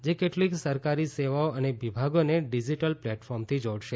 જે કેટલીક સરકારી સેવાઓ અને વિભાગોને ડિજિટલ પ્લેટફોર્મથી જોડશે